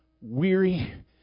weary